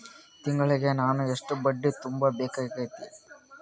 ತಿಂಗಳಿಗೆ ನಾನು ಎಷ್ಟ ಬಡ್ಡಿ ತುಂಬಾ ಬೇಕಾಗತೈತಿ?